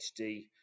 HD